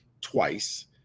twice